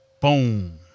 Boom